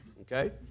Okay